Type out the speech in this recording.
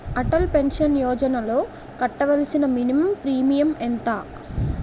Atal pension యోజనలో కట్టవలసిన minimum premium ఎంత?